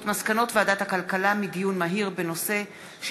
על מסקנות ועדת הכלכלה בעקבות דיון מהיר בהצעת חברי הכנסת איתן כבל,